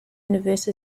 universe